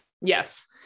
Yes